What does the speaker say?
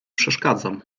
przeszkadzam